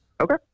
okay